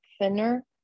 thinner